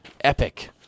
epic